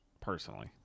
personally